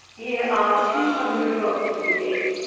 here are two hundred rods to be digged,